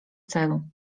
celu